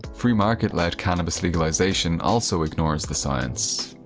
free market-led cannabis legalization also ignores the science.